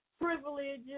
privileges